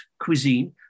cuisine